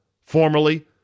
formerly